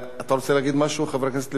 אתה רוצה לומר משהו, חבר הכנסת לוין?